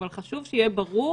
אבל חשוב שיהיה ברור: